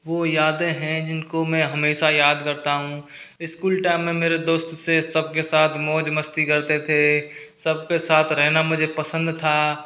वो यादें हैं जिनको मैं हमेश याद करता हूँ स्कूल टाइम में मेरे दोस्त से सबके साथ मौज़ मस्ती करते थे सबके साथ रहना मुझे पसंद था